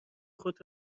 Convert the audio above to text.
خود